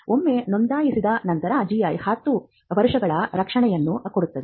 ಒಮ್ಮೆ ನೋಂದಾಯಿಸಿದ ನಂತರ ಜಿಐ 10 ವರ್ಷಗಳ ರಕ್ಷಣೆಯನ್ನು ಕೊಡುತ್ತದೆ